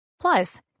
Plus